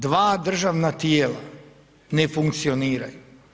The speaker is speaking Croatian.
Dva državna tijela ne funkcioniraju.